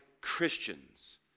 Christians